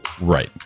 Right